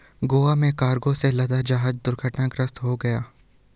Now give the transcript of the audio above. गोवा में कार्गो से लदा जहाज दुर्घटनाग्रस्त हो गया